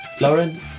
Lauren